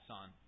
Son